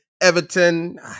Everton